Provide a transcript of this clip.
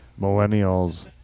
millennials